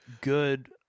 good